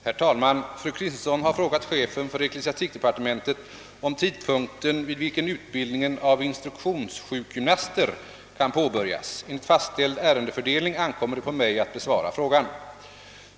Herr talman! Fru Kristensson har frågat chefen för ecklesiastikdepartementet om tidpunkten vid vilken utbildning av instruktionssjukgymnaster kan påbörjas. Enligt fastställd ärendefördelning ankommer det på mig att besvara frågan.